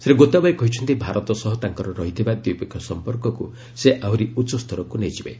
ଶ୍ରୀ ଗୋତାବୟେ କହିଛନ୍ତି ଭାରତ ସହ ତାଙ୍କର ରହିଥିବା ଦ୍ୱିପକ୍ଷିୟ ସମ୍ପର୍କକୁ ସେ ଆହୁରି ଉଚ୍ଚସ୍ତରକୁ ନେଇଯିବେ